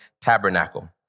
Tabernacle